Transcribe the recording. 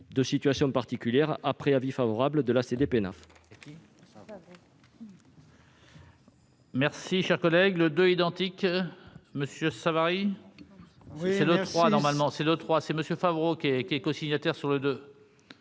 de situations particulières, après avis favorable de la CDPENAF.